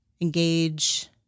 engage